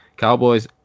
Cowboys